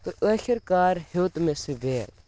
تہٕ ٲخِر کار ہیوٚت مےٚ سُہ بیگ